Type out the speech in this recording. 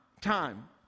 time